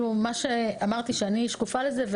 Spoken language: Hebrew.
אמרתי שאני שקופה לזה.